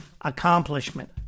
accomplishment